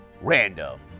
random